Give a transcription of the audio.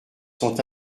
sont